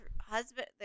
husband